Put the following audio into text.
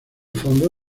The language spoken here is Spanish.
fondo